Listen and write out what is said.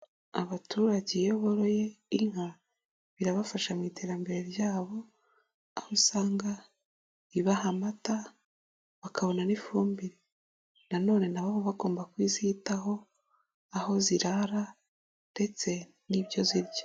Abaturage iyo boroye inka birabafasha mu iterambere ryabo aho usanga ribaha amata bakabona n'ifumbire, nanone na bo bagomba kuzitaho aho zirara ndetse n'ibyo zirya.